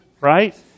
right